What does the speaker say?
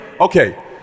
Okay